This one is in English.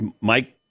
Mike